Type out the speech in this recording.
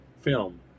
film